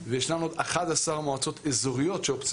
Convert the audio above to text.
שבהן המשרד לביטחון פנים הפעיל בעבר את הפיילוט,